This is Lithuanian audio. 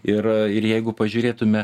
ir ir jeigu pažiūrėtume